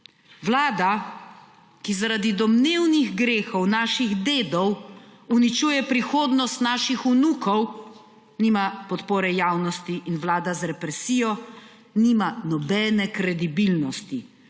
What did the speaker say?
Vlada, ki zaradi domnevnih grehov naših dedov, uničuje prihodnost naših vnukov, nima podpore javnosti in vlada z represijo nima nobene kredibilnosti,